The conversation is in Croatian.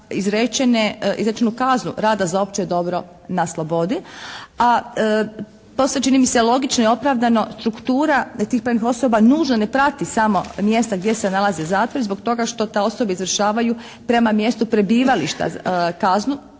izrečenu kaznu rada za opće dobro na slobodi. A to se čini mi se logično i opravdano, struktura tih pravnih osoba nužna je i ne prati samo mjesta gdje se nalaze zatvori zbog toga što te osobe izvršavaju prema mjestu prebivališta kaznu